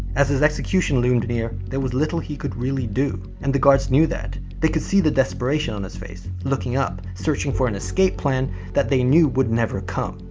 as his execution loomed near, there was little he could really do, and the guards knew that. they could see the desperation on his face, looking up, searching for an escape plan that they knew would never come.